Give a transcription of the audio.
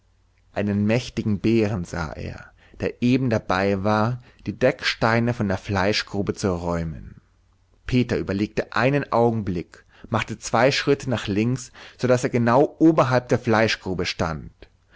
einen mächtigen bären sah er der eben dabei war die decksteine von der fleischgrube zu räumen peter überlegte einen augenblick machte zwei schritte nach links so daß er genau oberhalb der fleischgrube stand